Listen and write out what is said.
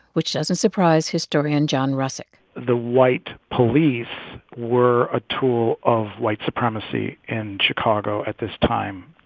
which doesn't surprise historian john russick the white police were a tool of white supremacy in chicago at this time.